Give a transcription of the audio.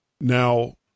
now